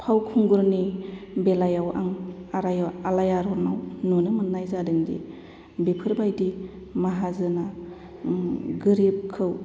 फावखुंगुरनि बेलायाव आं आराय' आलायारनाव नुनो मोननाय जादोंदि बेफोरबायदि माहाजोना गोरिबखौ